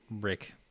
Rick